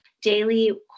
daily